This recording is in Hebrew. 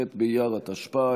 ח' באייר התשפ"א,